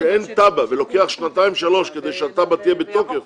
כשאין תב"ע ולוקח שנתיים-שלוש כדי שהתב"ע תהיה בתוקף